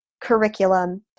curriculum